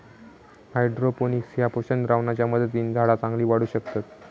hydroponics ह्या पोषक द्रावणाच्या मदतीन झाडा चांगली वाढू शकतत